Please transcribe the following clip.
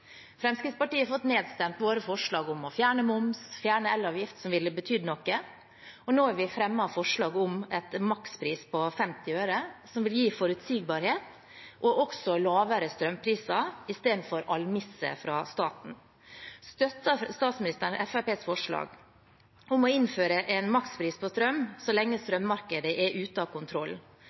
forslag om å fjerne moms og elavgift, som ville betydd noe, har blitt nedstemt, og nå har vi fremmet et forslag om en makspris på 50 øre per kilowattime, som ville gi forutsigbarhet og lavere strømpriser i stedet for almisser fra staten. Støtter statsministeren Fremskrittspartiets forslag om å innføre en makspris på strøm så lenge strømmarkedet er ute av